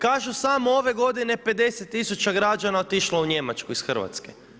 Kažu samo ove godine 50000 građana je otišlo u Njemačku iz Hrvatske.